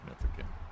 significant